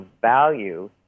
value